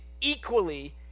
equally